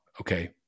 okay